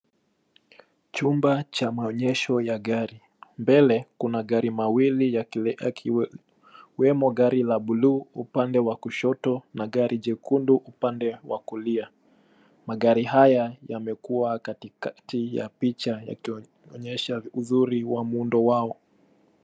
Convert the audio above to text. Chumba cha amonyesho ya gari, mbele kuna magari mawili yakiwemo gari la buluu, upande wa kushoto na gari jekundu upande wa kulia. Magari haya yamekuwa katikati ya picha yakionyesha uzuri wa muundo wao.